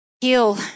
heal